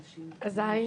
הי.